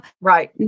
Right